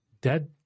dead